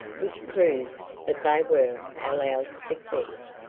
which proves that they were a loud success.